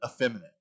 effeminate